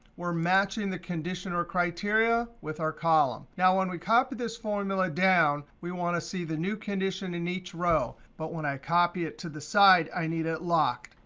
we're matching the condition or criteria with our column. now when we copy this formula down, we want to see the new condition in each row. but when i copy it to the side, i need it locked.